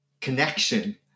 connection